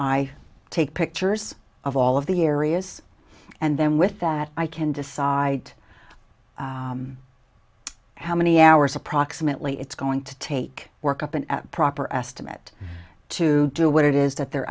i take pictures of all of the areas and then with that i can decide how many hours approximately it's going to take work up and proper estimate to do what it is that they're